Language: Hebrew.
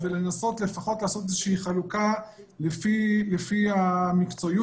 לנסות לעשות איזה שהיא חלוקה לפי המקצועיות,